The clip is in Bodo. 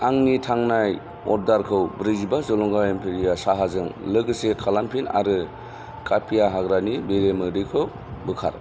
आंनि थांनाय अर्डारखौ ब्रै जिबा जलंगा एम्पेरिया साहाजों लोगोसे खालामफिन आरो कापिवा हाग्रानि बेरेमोदैखौ बोखार